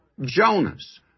Jonas